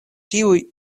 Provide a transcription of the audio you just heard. tiuj